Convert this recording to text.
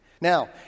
Now